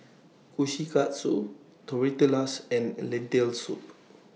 Kushikatsu Tortillas and Lentil Soup